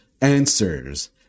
answers